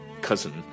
cousin